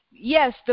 Yes